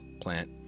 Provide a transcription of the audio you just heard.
plant